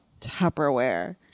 Tupperware